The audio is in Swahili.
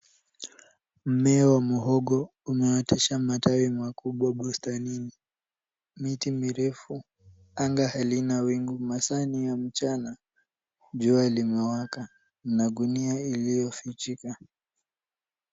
Mmea wa muhogo unaotosha matawi makubwa bustanini. Miti mirefu, anga halina wingu, masaa ni ya mchana, jua limewaka na gunia iliyofichika.